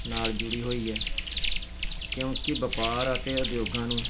ਨਾਲ ਜੁੜੀ ਹੋਈ ਹੈ ਕਿਉਂਕਿ ਵਪਾਰ ਅਤੇ ਉਦਯੋਗਾਂ ਨੂੰ